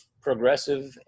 progressive